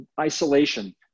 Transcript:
isolation